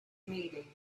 meeting